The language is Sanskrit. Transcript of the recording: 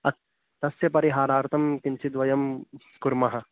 अस् तस्य परिहारार्थं किञ्चिद् वयं कुर्मः